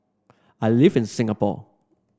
I live in Singapore